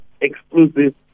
exclusive